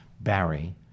Barry